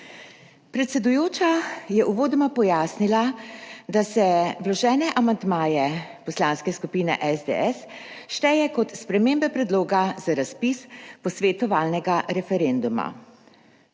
Predsedujoča je uvodoma pojasnila, da se vložene amandmaje Poslanske skupine SDS šteje kot spremembe predloga za razpis posvetovalnega referenduma.